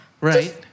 Right